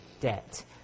debt